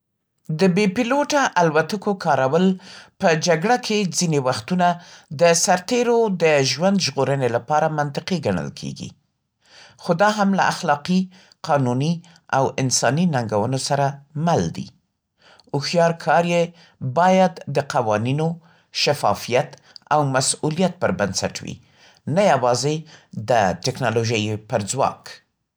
د بې پیلوټه الوتکو کارول په جګړه کې ځینې وختونه د سرتېرو د ژوندژغورنې لپاره منطقي ګڼل کېږي. خو دا هم له اخلاقي، قانوني او انساني ننګونو سره مل دي. هوښیار کار یې باید د قوانینو، شفافیت او مسؤلیت پر بنسټ وي، نه یوازې د ټکنالوژۍ پر ځواک.